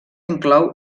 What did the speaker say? inclou